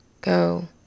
go